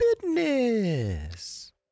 Business